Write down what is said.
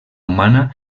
humana